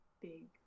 big